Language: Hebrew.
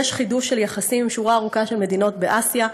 יש חידוש של יחסים עם שורה ארוכה של מדינות באסיה,